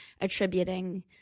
attributing